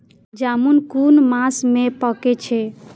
जामून कुन मास में पाके छै?